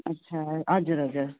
अच्छा हजुर हजुर